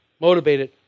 Motivated